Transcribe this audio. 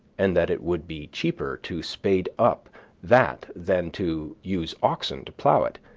and that it would be cheaper to spade up that than to use oxen to plow it,